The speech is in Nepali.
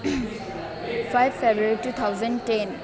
five February two thousand ten